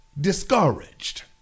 discouraged